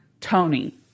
Tony